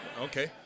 Okay